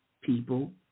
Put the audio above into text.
people